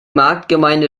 marktgemeinde